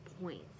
points